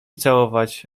całować